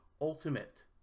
ultimate